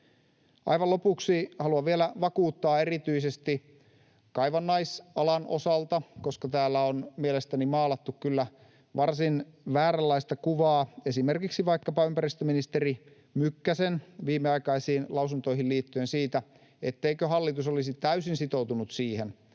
Aivan lopuksi haluan vielä vakuuttaa erityisesti kaivannaisalan osalta — koska täällä on mielestäni maalattu kyllä varsin vääränlaista kuvaa esimerkiksi vaikkapa ympäristöministeri Mykkäsen viimeaikaisiin lausuntoihin liittyen siitä, että kun Suomessa tehdään vihreän